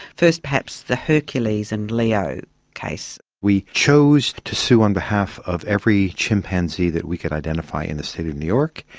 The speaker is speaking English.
first perhaps the hercules and leo case. we chose to sue on behalf of every chimpanzee that we could identify in the state of new york,